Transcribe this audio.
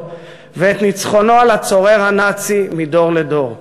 ואת ניצחונו על הצורר הנאצי מדור לדור.